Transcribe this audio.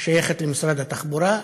ששייכת למשרד התחבורה,